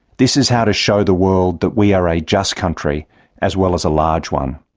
this is how to show the world that we are a just country as well as a large one.